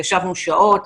ישבנו שעות,